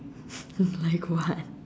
like what